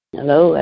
Hello